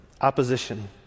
opposition